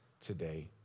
today